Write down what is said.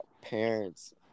parents